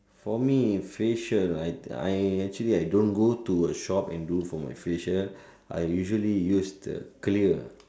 for me facial I I actually I don't go to a shop and do for my facial I usually use the Clear